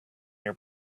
your